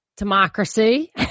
democracy